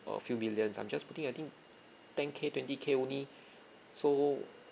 a few millions I'm just putting I think ten K twenty K only so